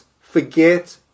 forget